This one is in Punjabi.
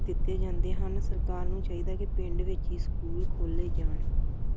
ਦਿੱਤੇ ਜਾਂਦੇ ਹਨ ਸਰਕਾਰ ਨੂੰ ਚਾਹੀਦਾ ਕਿ ਪਿੰਡ ਵਿੱਚ ਹੀ ਸਕੂਲ ਖੋਲ੍ਹੇ ਜਾਣ